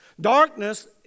Darkness